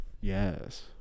Yes